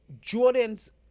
Jordan's